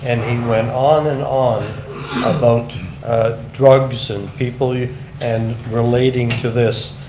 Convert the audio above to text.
and he went on and on about drugs and people yeah and relating to this.